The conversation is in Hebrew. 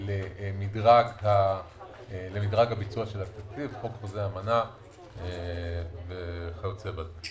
למדרג הביצוע של התקציב בחוק חוזה אמנה וכיוצא בזה.